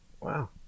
Wow